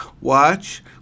watch